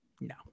no